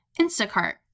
Instacart